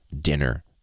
dinner